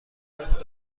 دست